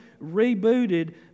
rebooted